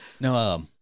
No